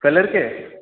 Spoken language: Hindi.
कलर के